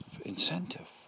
incentive